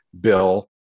bill